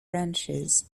branches